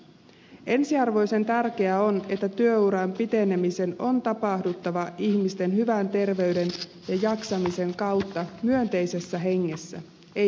ensiarvoisen tärkeää on että työuran pitenemisen on tapahduttava ihmisten hyvän terveyden ja jaksamisen kautta myönteisessä hengessä ei pakolla